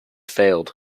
failed